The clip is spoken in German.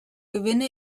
gewinne